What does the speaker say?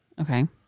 Okay